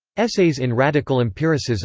essays in radical empiricism,